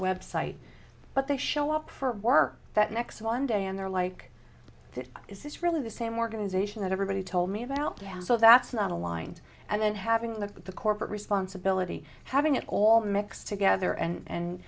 website but they show up for work that next one day and they're like this is this really the same organization that everybody told me that out so that's not aligned and then having the corporate responsibility having it all mixed together and